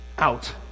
Out